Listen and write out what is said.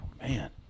Man